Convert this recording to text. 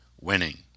winning